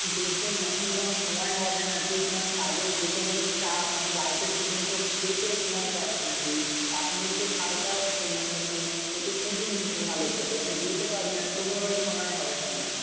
দেখুন এখন তো আমার সময় হবে না যেহেতু আমার কাজের প্রচণ্ড চাপ আমি বাড়িতে ঠিকমতো খেতে সময় পাচ্ছি না ঠিক তা আপনি একটু খাতাটা খু মানে কো একটু খুঁজুন নি একটু ভালো করে আমি যেতে পারবো না কোনোভাবেই সময় হবে না আমার